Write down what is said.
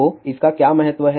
तो इसका क्या महत्व है